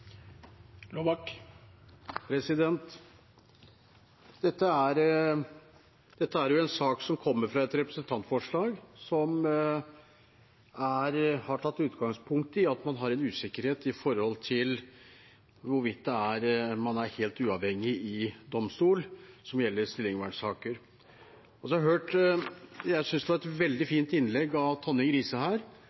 en sak som kommer fra et representantforslag som har tatt utgangspunkt i at man har en usikkerhet om hvorvidt man er helt uavhengig i domstolene i stillingsvernsaker. Jeg synes det var et veldig fint innlegg av representanten Tonning Riise her,